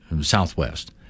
southwest